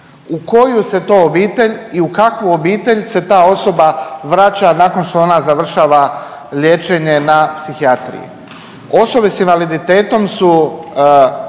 u koju se to obitelj i u kakvu obitelj se ta osoba vraća nakon što ona završava liječenje na psihijatriji. Osobe s invaliditetom su